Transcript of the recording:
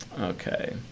Okay